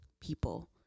people